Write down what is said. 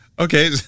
Okay